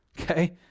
Okay